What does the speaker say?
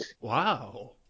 Wow